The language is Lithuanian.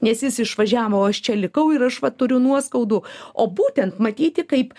nes jis išvažiavo o aš čia likau ir aš va turiu nuoskaudų o būtent matyti kaip